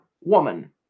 woman